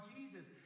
Jesus